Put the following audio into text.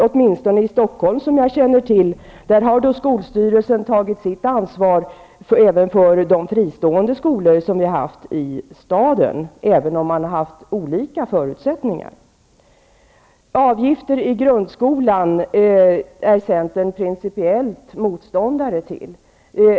Åtminstone i Stockholm, som jag känner till, har skolstyrelsen tagit ansvar även för de fristående skolorna i staden, också om de har haft olika förutsättningar. Avgifter i grundskolan är centern pricipiellt motståndare till.